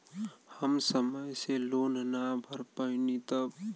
हम समय से लोन ना भर पईनी तब?